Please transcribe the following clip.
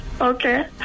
Okay